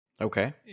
Okay